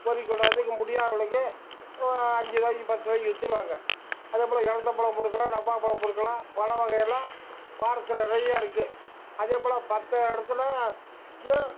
பொறுக்கிக் கொண்டாந்து இங்கே முடியாதவளுக்கு அஞ்சு ரூபாய்க்கி பத்து ரூபாய்க்கி வித்துருவாங்கள் அதே போல எலந்தப்பழம் பொறுக்கலாம் நவ்வாப்பழம் பொறுக்கலாம் பழம் வகையெல்லாம் பாரஸ்ட்டில் நிறையா இருக்குது அதே போல மற்ற இடத்தில் யும்